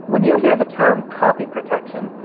when you hear the term copy protection,